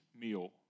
meal